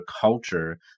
culture